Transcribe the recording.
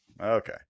Okay